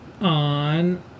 on